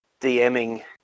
DMing